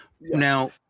now